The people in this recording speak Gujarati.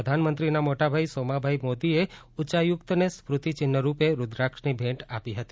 પ્રધાનમંત્રીનાં મોટાભાઈ સોમાભાઈ મોદીએ ઉચ્યાયુક્ત ને સ્મૃતિ ચિન્ઠ રૂપે રૂક્રાક્ષની ભેટ આપી હતી